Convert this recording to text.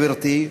גברתי,